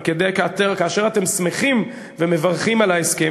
אבל כאשר אתם שמחים ומברכים על ההסכם